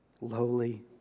lowly